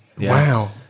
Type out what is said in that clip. Wow